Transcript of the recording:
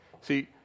See